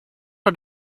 for